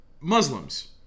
Muslims